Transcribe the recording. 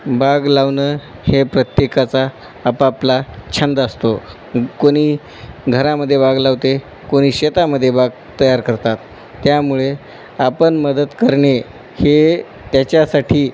बाग लावणं हे प्रत्येकाचा आपापला छंद असतो कोणी घरामध्ये बाग लावते कोणी शेतामध्ये बाग तयार करतात त्यामुळे आपण मदत करणे हे त्याच्यासाठी